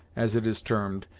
as it is termed,